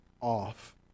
off